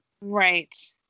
right